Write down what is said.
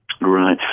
Right